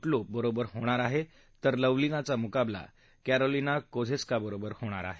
जोब बरोबर होणार आहे तर लव्हलीनाचा मुकाबला क्रिंलिना कोझेस्काबरोबर होणार आहे